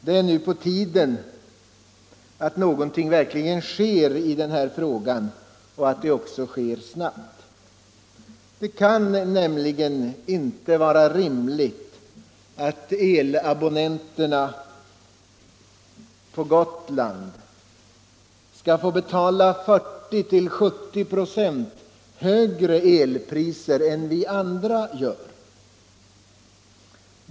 Det är nu verkligen på tiden att någonting sker i denna fråga och att det sker snabbt. Det kan inte vara rimligt att elabonnenterna på Gotland skall få betala 40-70 96 högre elpriser än vi andra gör.